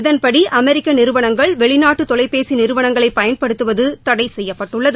இதன்படி அமெரிக்க நிறுவனங்கள் வெளிநாட்டு தொலைபேசி நிறுவனங்களை பயன்படுத்துவது தளட செய்யப்பட்டுள்ளது